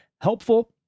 helpful